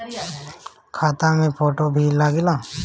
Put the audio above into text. खाता मे फोटो भी लागे ला?